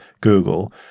Google